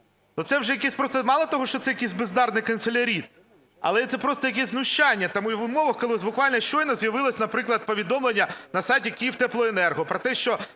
Мало того, що цей якісь бездарні канцелярі, але це просто якесь знущання. Тому в умовах, коли ось буквально щойно з'явилось, наприклад, повідомлення на сайті Київтеплоенерго про те, що